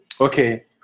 okay